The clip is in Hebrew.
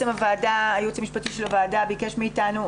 הייעוץ המשפטי של הוועדה ביקש מאתנו.